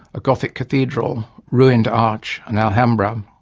a gothic cathedral, ruined arch, an alhambra, um